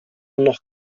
noch